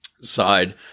side